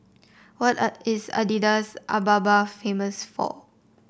what are is Addis Ababa famous for